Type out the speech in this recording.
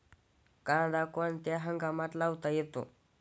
कांदा कोणत्या हंगामात लावता येतो?